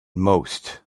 most